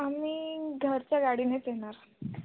आम्ही घरच्या गाडीनेच येणार